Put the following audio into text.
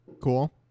Cool